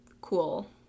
cool